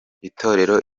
itorero